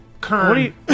Kern